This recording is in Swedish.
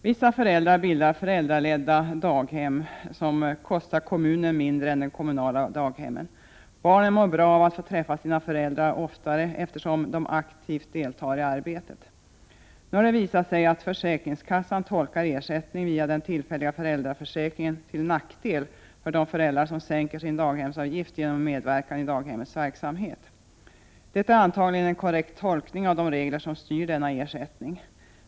Vissa föräldrar bildar föräldraledda daghem, som kostar kommunen mindre än de kommunala daghemmen. Barnen mår bra av att de får träffa sina föräldrar oftare, eftersom dessa aktivt deltar i arbetet. Nu har det visat sig att försäkringskassan tolkar ersättning via den tillfälliga föräldraförsäk ringen till nackdel för de föräldrar som sänker sin daghemsavgift genom medverkan i daghemmets verksamhet. Detta är antagligen en korrekt tolkning av de regler som styr denna ersättning.